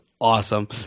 awesome